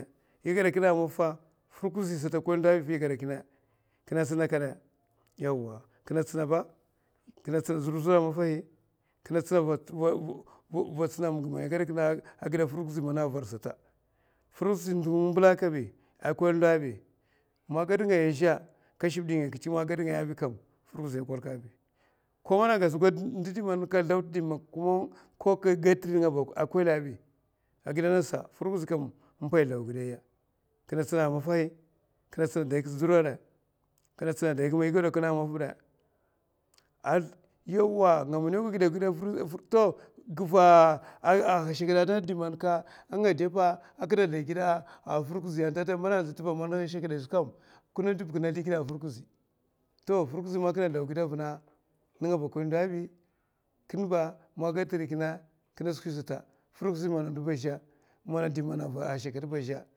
I gada king a maffa firkuzi sata a kwel ndou bi i gadu kina kina tsina kudu yawa kina tsing ba, kina tsina a maffahi vi tsina miga mai gada kina a gida firkuzi mana var sata, firkuzisa ndou in mbila kabi a kwel ndou bi ma gad ngaya azha ku shib dingaya kufa man gad ngaya bi firkuzi ya a kwelkabi ko mana a gas ka ndou indi man ka sldaw tidi ningwe ko gad tiring ba a kwelabi firkuzi sa, firkuzi kam in pai sldawa giduya maffai. Kina tsina daigasa zir da kina tsina daiga ba igada kina a maff bida yawa nga minawkai gid, a gida vur giva a bashakida a tant diman ka nga depa akma sldigida a firkuszi tanta mana hashakida azha kam kina diba kina sldaw gida firkuzi to firkuzi man kina sldaw gida vina ninga ba a kwul ndou bi kin ba man gad tiri kina, kina skwis sata firkuzi mana ndou azha manu dimana hashakid ba azha.